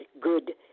good